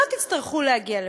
ולא תצטרכו להגיע לפה.